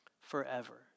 Forever